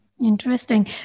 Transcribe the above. Interesting